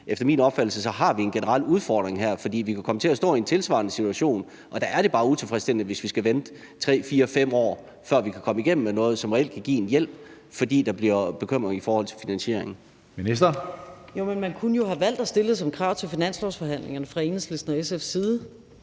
efter min opfattelse har en generel udfordring her, for vi kan komme til at stå i en tilsvarende situation, og der er det bare utilfredsstillende, hvis vi skal vente i 3-4-5 år, før vi kan komme igennem med noget, som reelt kan give en hjælp, fordi der bliver en bekymring i forhold til finansieringen. Kl. 17:15 Tredje næstformand (Karsten Hønge): Ministeren. Kl.